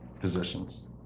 positions